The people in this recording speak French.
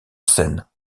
scène